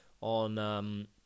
on